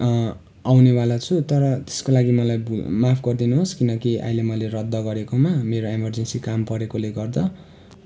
आउने वाला छु तर त्यसको लागि मलाई माफ गरिदिनु होस् किनकि अहिले मैले रद्द गरेकोमा मेरो इमर्जेन्सी काम परेकोले गर्दा